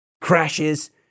crashes